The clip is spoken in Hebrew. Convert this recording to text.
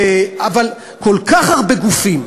אבל כל כך הרבה גופים,